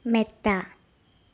മെത്ത